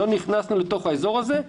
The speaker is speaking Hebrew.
לכן לא נכנסנו אל תוך האזור הזה.